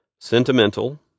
sentimental